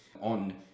on